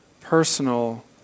personal